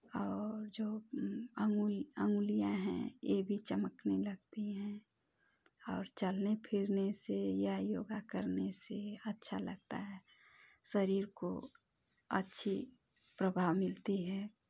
और जो अंगुलियाँ हैं ये भी चमकने लगती हैं और चलने फिरने से या योगा करने से अच्छा लगता है शरीर को अच्छी प्रभाव मिलती है